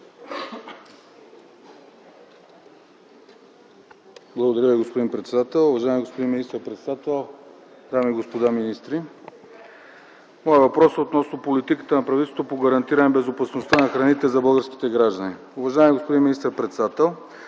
Благодаря Ви, господин председател. Уважаеми господин министър-председател, дами и господа министри! Моят въпрос е относно политиката на правителството по гарантиране безопасността на храните за българските граждани. Уважаеми господин министър-председател,